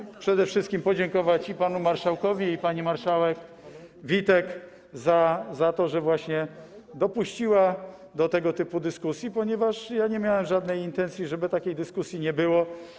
Chcę też przede wszystkim podziękować i panu marszałkowi, i pani marszałek Witek za to, że właśnie dopuściła do tego typu dyskusji, ponieważ nie miałem intencji, żeby takiej dyskusji nie było.